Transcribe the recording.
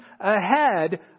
ahead